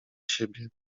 siebie